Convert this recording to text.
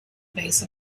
base